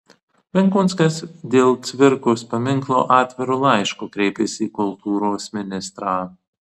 benkunskas dėl cvirkos paminklo atviru laišku kreipėsi į kultūros ministrą